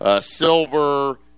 Silver